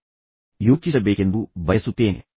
ನೀವು ಅದರ ಬಗ್ಗೆ ಯೋಚಿಸಬೇಕೆಂದು ನಾನು ಬಯಸುತ್ತೇನೆ